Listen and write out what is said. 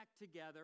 together